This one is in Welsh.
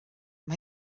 mae